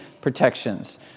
protections